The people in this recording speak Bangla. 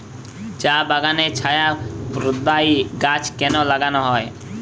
চা বাগানে ছায়া প্রদায়ী গাছ কেন লাগানো হয়?